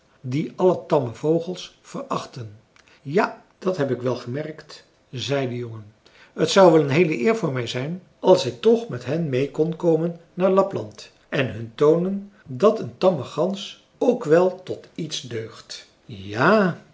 die alle tamme vogels verachten ja dat heb ik wel gemerkt zei de jongen t zou wel een heele eer voor mij zijn als ik toch met hen meê kon komen naar lapland en hun toonen dat een tamme gans ook wel tot iets deugt ja-a